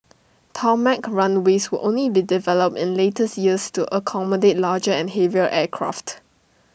tarmac runways would only be developed in later years to accommodate larger and heavier aircraft